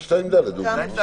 לעבור לסעיף 2(ד), לדוגמה.